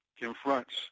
confronts